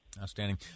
Outstanding